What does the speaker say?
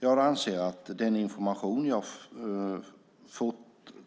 Jag anser att den information jag har fått